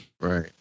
right